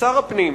כשר הפנים,